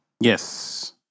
Yes